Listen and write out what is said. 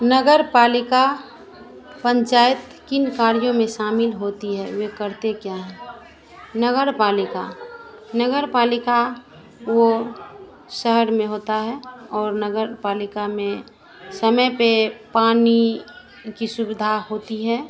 नगर पालिका पंचायत किन कार्यों में शामिल होती है वे करते क्या हैं नगर पालिका नगर पालिका वह शहर में होता है और नगर पालिका में समय पर पानी ए की सुविधा होती है